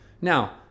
now